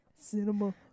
Cinema